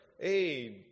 hey